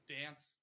dance